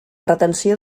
retenció